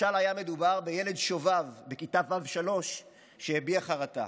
משל היה מדובר בילד שובב בכיתה ו'3 שהביע חרטה.